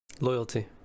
Loyalty